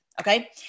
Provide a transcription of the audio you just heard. Okay